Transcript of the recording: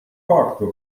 фактор